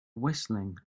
whistling